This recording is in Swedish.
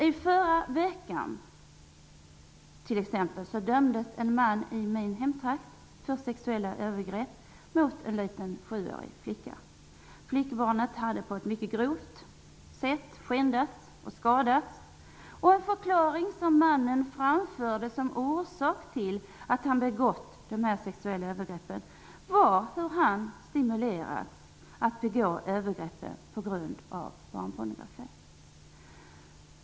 I förra veckan dömdes t.ex. en man i min hemtrakt för sexuella övergrepp mot en liten sjuårig flicka. Flickebarnet hade skändats och skadats på ett mycket grovt sätt. En förklaring som mannen framförde som orsak till att han begått dessa sexuella övergrepp var att han stimulerats att begå övergrepp av barnpornografi.